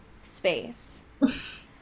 space